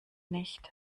nicht